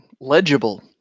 Legible